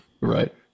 Right